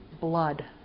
blood